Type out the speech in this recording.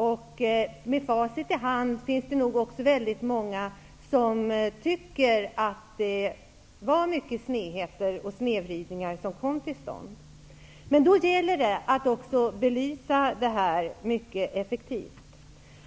Och med facit i hand är det nog många som tycker att det skedde mycket som var snett. Det gäller att belysa detta mycket effektivt.